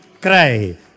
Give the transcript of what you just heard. cry